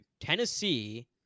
Tennessee